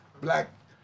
black